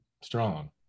strong